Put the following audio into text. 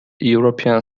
european